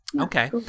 Okay